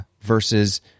versus